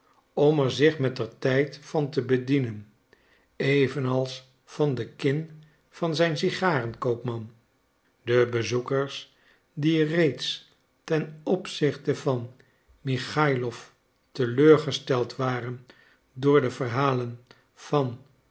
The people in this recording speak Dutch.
om er zich mettertijd van te bedienen evenals van de kin van zijn sigaren koopman de bezoekers die reeds ten opzichte van michaïlof teleurgesteld waren door de verhalen van